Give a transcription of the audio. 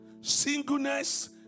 Singleness